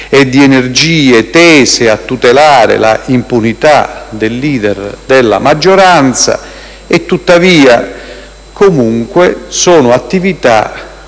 e di energie tese a tutelare l'impunità del *leader* della maggioranza - e tuttora comunque in attività